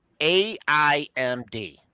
AIMD